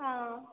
ஆ